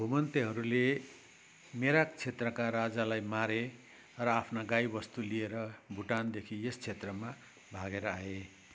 घुमन्तेहरूले मेराक क्षेत्रका राजालाई मारे र आफ्ना गाईवस्तु लिएर भुटानदेखि यस क्षेत्रमा भागेर आए